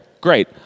Great